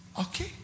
Okay